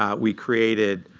um we created,